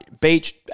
Beach